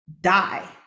die